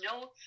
no